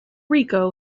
rico